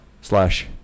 Slash